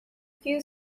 few